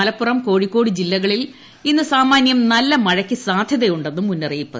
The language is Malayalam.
മലപ്പുറം കോഴിക്കോട് ജില്ലകളിൽ ഇന്ന് സാമാന്യം നല്ല മഴക്കു സാധ്യതയുണ്ടെന്ന് മുന്നറിയിപ്പ്